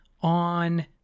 on